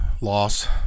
loss